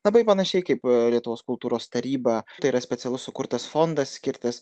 labai panašiai kaip lietuvos kultūros taryba tai yra specialus sukurtas fondas skirtas